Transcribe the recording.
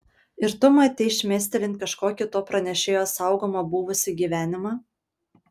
ir tu matei šmėstelint kažkokį to pranešėjo saugomą buvusį gyvenimą